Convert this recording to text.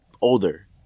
older